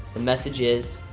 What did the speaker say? the message is,